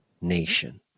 nation